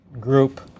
group